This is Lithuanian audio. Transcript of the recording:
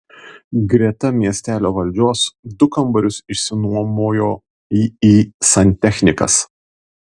greta miestelio valdžios du kambarius išsinuomojo iį santechnikas